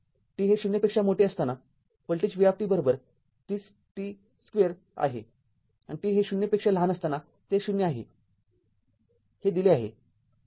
t हे ० पेक्षा मोठे असताना व्होल्टेज v ३० t २ आहे आणि t हे ० पेक्षा लहान असताना ते ० आहे हे दिले आहे